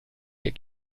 ihr